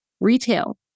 Retail